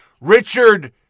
Richard